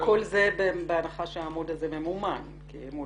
-- כל זה בהנחה שהעמוד הזה ממומן כי אם הוא